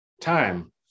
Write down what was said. time